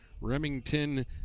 Remington